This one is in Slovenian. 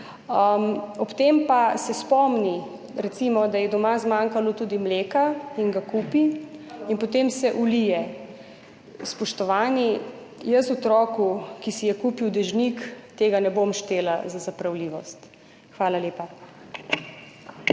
ob tem pa se spomni, recimo, da je doma zmanjkalo tudi mleka in ga kupi in potem se vlije. Spoštovani, jaz otroku, ki si je kupil dežnik, tega ne bom štela za zapravljivost. Hvala lepa.